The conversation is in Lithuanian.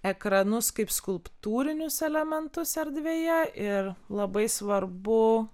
ekranus kaip skulptūrinius elementus erdvėje ir labai svarbu